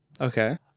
Okay